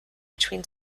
between